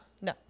no